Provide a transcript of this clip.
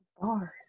bars